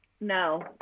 No